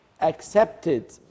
accepted